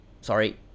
Sorry